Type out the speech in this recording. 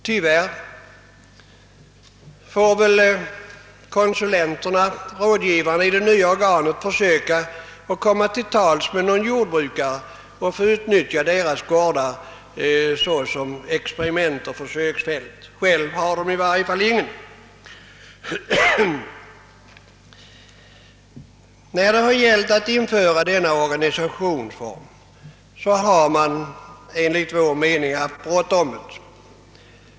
Tyvärr får väl konsulenterna — rådgivarna — i det nya organet försöka komma till tals med jordbrukare för att få utnyttja deras gårdar såsom experimentoch försöksfält. Själva har de inga. När det gällt att införa denna organisationsform har man enligt vår mening haft bråttom.